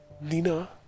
Nina